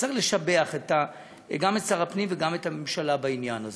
וצריך לשבח גם את שר הפנים וגם את הממשלה בעניין הזה.